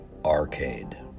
Arcade